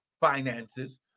finances